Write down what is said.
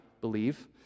believe